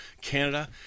Canada